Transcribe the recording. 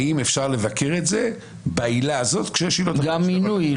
האם אפשר לבקר את זה בעילה הזאת כשיש עילות אחרות --- גם מינוי.